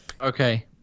Okay